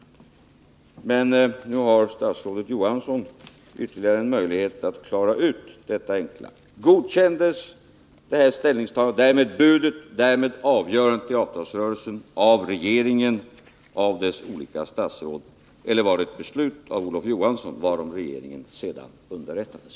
Men nu har statsrådet Johansson en möjlighet att klara ut denna enkla sak: Godkändes det här ställningstagandet, och därmed budet och avgörandet i avtalsrörelsen, av regeringen, av dess olika statsråd, eller var det ett beslut av Olof Johansson, varom regeringen sedan underrättades?